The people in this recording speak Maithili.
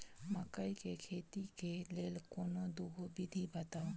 मकई केँ खेती केँ लेल कोनो दुगो विधि बताऊ?